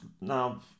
now